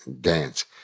Dance